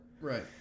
right